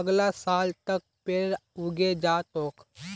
अगला साल तक पेड़ उगे जा तोक